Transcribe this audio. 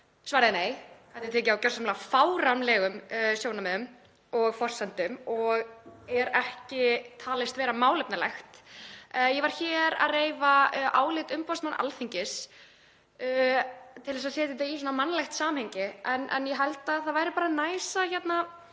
Svarið er nei, ákvörðunin er tekin út frá gjörsamlega fáránlegum sjónarmiðum og forsendum og getur ekki talist vera málefnaleg. Ég var hér að reifa álit umboðsmanns Alþingis til að setja þetta í svona mannlegt samhengi, en ég held að það væri bara næs, bara